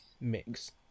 mix